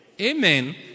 Amen